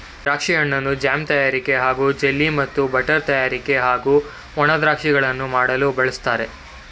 ದ್ರಾಕ್ಷಿ ಹಣ್ಣನ್ನು ಜಾಮ್ ತಯಾರಿಕೆ ಹಾಗೂ ಜೆಲ್ಲಿ ಮತ್ತು ಬಟರ್ ತಯಾರಿಕೆ ಹಾಗೂ ಒಣ ದ್ರಾಕ್ಷಿಗಳನ್ನು ಮಾಡಲು ಬಳಸ್ತಾರೆ